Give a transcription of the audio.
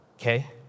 Okay